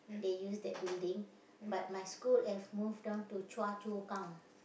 they use that building but my school have move down to Choa-Chu-Kang